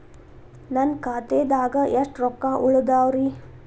ನನ್ನ ಖಾತೆದಾಗ ಎಷ್ಟ ರೊಕ್ಕಾ ಉಳದಾವ್ರಿ?